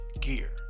gear